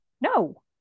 no